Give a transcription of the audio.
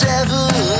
Devil